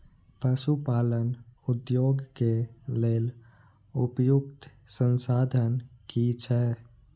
पशु पालन उद्योग के लेल उपयुक्त संसाधन की छै?